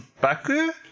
Baku